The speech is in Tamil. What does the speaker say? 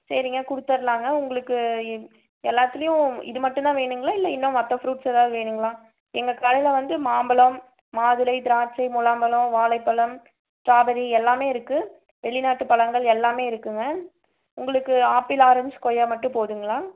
சரிங்க கொடுத்தர்லாங்க உங்களுக்கு எல் எல்லாத்திலையும் இது மட்டுந்தான் வேணும்ங்களா இல்லை இன்னும் மற்ற ஃப்ரூட்ஸ் ஏதாவது வேணும்ங்களா எங்கள் கடையில் வந்து மாம்பழம் மாதுளை திராட்சை முலாம்பழம் வாழை பழம் ஸ்டாபெர்ரி எல்லாமே இருக்கு வெளி நாட்டு பழங்கள் எல்லாமே இருக்குங்க உங்களுக்கு ஆப்பிள் ஆரஞ்ச் கொய்யா மட்டும் போதும்ங்களா